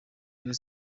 rayon